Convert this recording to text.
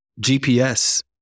GPS